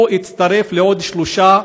הוא הצטרף לעוד שלושה,